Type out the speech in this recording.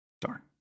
Darn